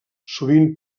sovint